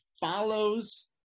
follows